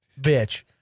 bitch